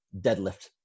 deadlift